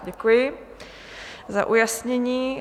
Děkuji za ujasnění.